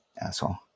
asshole